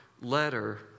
letter